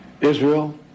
Israel